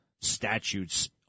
statutes